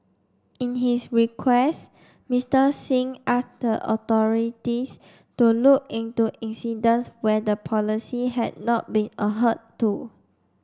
in his request Mister Singh asked the authorities to look into incidents where the policy had not been to